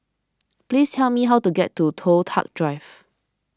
please tell me how to get to Toh Tuck Drive